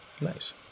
Nice